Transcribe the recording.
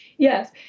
Yes